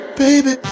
baby